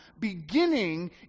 beginning